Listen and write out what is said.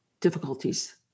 difficulties